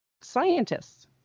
scientists